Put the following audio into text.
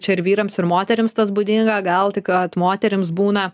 čia ir vyrams ir moterims tas būdinga gal tik kad moterims būna